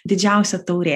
didžiausia taurė